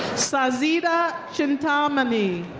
shazeeda chintamani.